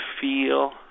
feel